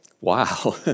wow